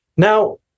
Now